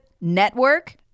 network